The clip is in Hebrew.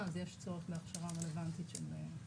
אז יש צורך בהכשרה רלוונטית של בט"פ.